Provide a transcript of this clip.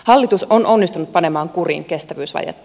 hallitus on onnistunut panemaan kuriin kestävyysvajetta